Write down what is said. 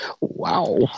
Wow